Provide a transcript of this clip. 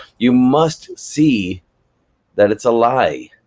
you must see that it's a lie.